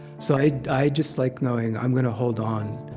so i i just like knowing i'm going to hold on,